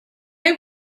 hope